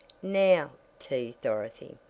now, teased dorothy,